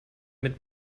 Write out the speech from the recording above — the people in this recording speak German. mit